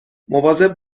مواظب